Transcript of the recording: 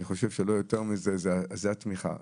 אני חושב שלא יותר מזה, זו התמיכה.